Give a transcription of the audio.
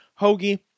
Hoagie